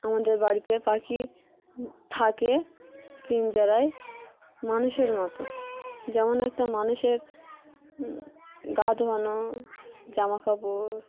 আমাদের বাড়িতে পাখি থাকলে জ্বালাই মানুষের মতো যেমন একটা মানুষের গা ধোয়ানো জামা কাপড়